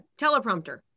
teleprompter